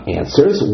answers